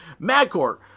Madcore